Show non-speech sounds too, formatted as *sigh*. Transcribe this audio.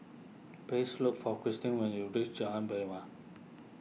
please look for Krystin when you reach Jalan *unintelligible*